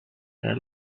her